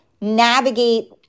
navigate